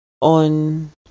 on